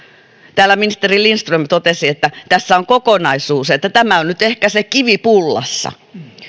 täällä ministeri lindström totesi että tässä on kokonaisuus että tämä on nyt ehkä se kivi pullassa